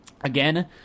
Again